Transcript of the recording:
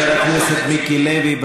חבר הכנסת מיקי לוי,